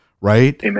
right